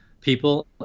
people